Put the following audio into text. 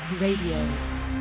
Radio